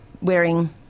wearing